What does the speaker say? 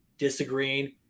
disagreeing